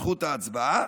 זכות ההצבעה